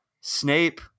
Snape